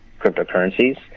cryptocurrencies